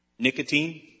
Nicotine